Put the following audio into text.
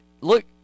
Look